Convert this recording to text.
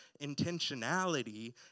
intentionality